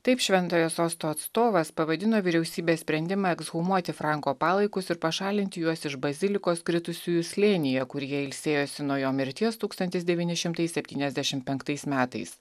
taip šventojo sosto atstovas pavadino vyriausybės sprendimą ekshumuoti franko palaikus ir pašalinti juos iš bazilikos kritusiųjų slėnyje kur jie ilsėjosi nuo jo mirties tūkstantis devyni šimtai septyniasdešim penktais metais